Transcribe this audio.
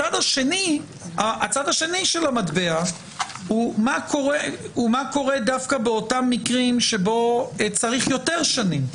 הצד השני של המטבע הוא מה קורה דווקא באותם מקרים שבהם צריך יותר שנים,